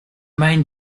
main